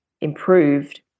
improved